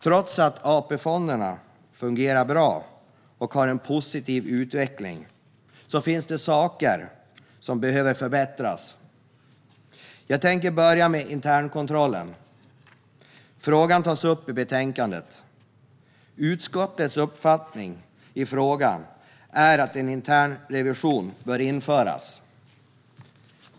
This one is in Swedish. Trots att AP-fonderna fungerar bra och har en positiv utveckling finns det saker som behöver förbättras. Jag tänker börja med internkontrollen. Frågan tas upp i betänkandet. Utskottets uppfattning i frågan är att en internrevision bör införas.